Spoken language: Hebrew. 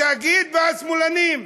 התאגיד והשמאלנים.